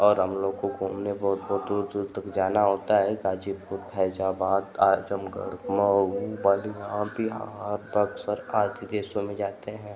और हमलोगों को घूमने बहुत बहुत दूर दूर तक जाना होता है गाज़ीपुर फैज़ाबाद आज़मगढ़ मऊ बलिया बिहार बक्सर आदि देशों में जाते हैं